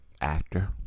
actor